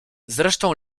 zresztą